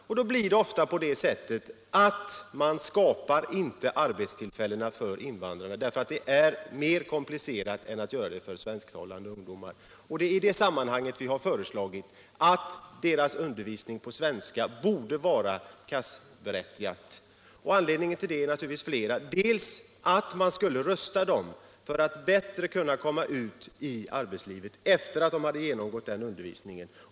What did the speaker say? Resultatet blir ofta att man avstår från att skapa arbetstillfällen för invandrare, eftersom det är mer komplicerat än att göra det för svensktalande ungdomar. Därför har vi föreslagit att undervisning i svenska för invandrare skall berättiga till kontant arbetsmarknadsunderstöd. Anledningarna är naturligtvis flera, bl.a. att man skulle rusta de unga invandrarna bättre för att kunna komma ut i arbetslivet efter genomgången undervisning.